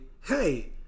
hey